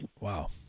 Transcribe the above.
Wow